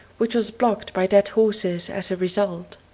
which was blocked by dead horses as a result.